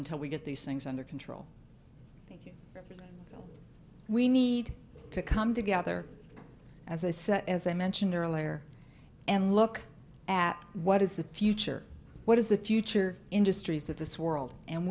until we get these things under control we need to come together as a set as i mentioned earlier and look at what is the future what is the future industries of this world and